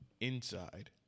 inside